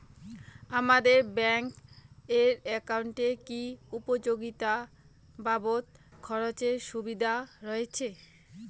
আমার ব্যাংক এর একাউন্টে কি উপযোগিতা বাবদ খরচের সুবিধা রয়েছে?